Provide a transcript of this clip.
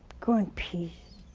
go in peace